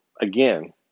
again